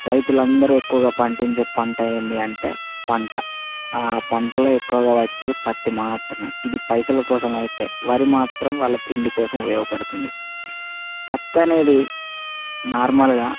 రైతులందరు ఎక్కువగా పండించే పంట ఏంది అంటే పంట ఆ పంటల్లో ఎక్కువుగా వచ్చేది పత్తి మాత్రమే ఇది పైసలు కోసమైతే వరి మాత్రం వాళ్ళ తిండి కోసం ఉపయోగపడుతుంది పత్తి అనేది నార్మల్గా